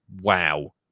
wow